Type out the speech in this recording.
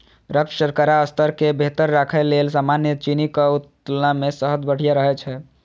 रक्त शर्करा स्तर कें बेहतर राखै लेल सामान्य चीनीक तुलना मे शहद बढ़िया रहै छै